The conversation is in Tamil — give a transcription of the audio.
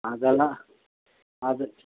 அதெல்லாம் அது